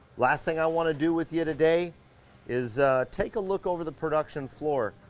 last thing i wanna do with you today is take a look over the production floor.